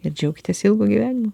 ir džiaukitės ilgu gyvenimu